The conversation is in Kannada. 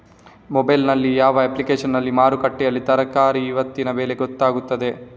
ಮೊಬೈಲ್ ನಲ್ಲಿ ಯಾವ ಅಪ್ಲಿಕೇಶನ್ನಲ್ಲಿ ಮಾರುಕಟ್ಟೆಯಲ್ಲಿ ತರಕಾರಿಗೆ ಇವತ್ತಿನ ಬೆಲೆ ಗೊತ್ತಾಗುತ್ತದೆ?